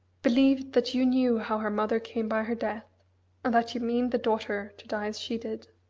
believe that you knew how her mother came by her death and that you mean the daughter to die as she did.